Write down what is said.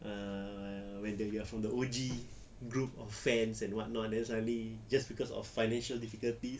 err when they are from the O_G group of fans and whatnot then suddenly just cause of financial difficulties